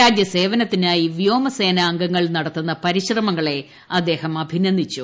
രാജ്യ സേവനത്തിനായി വ്യോമസേന അംഗങ്ങൾ നടത്തുന്ന പരിശ്രമങ്ങളെ അദ്ദേഹം അഭിനന്ദിച്ചു